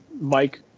Mike